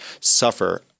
suffer